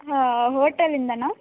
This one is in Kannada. ಹಾಂ ಹೋಟೆಲಿಂದಲಾ